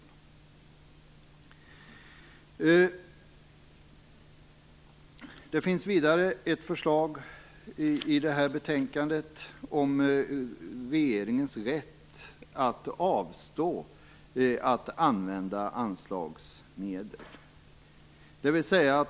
Det finns vidare i betänkandet ett förslag om regeringens rätt att avstå från att använda anslagsmedel.